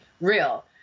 real